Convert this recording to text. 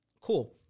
cool